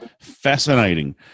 Fascinating